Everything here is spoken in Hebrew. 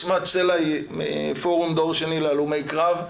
בשמת סלע היא מפורום דור שני להלומי קרב,